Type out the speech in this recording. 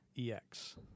Ex